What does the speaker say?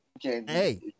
Hey